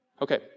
Okay